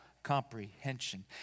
comprehension